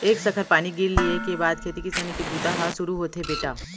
एक सखर पानी गिर लिये के बाद खेती किसानी के बूता ह सुरू होथे बेटा